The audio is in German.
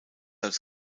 als